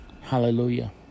Hallelujah